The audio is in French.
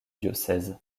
diocèse